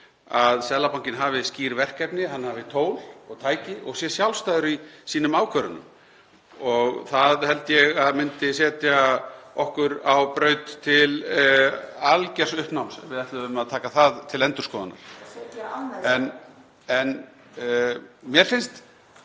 að Seðlabankinn hafi skýr verkefni, hann hafi tól og tæki og sé sjálfstæður í sínum ákvörðunum. Það held ég að myndi setja okkur á braut til algjörs uppnáms ef við ætluðum að taka það til endurskoðunar. (ÁLÞ: Að